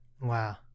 Wow